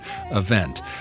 event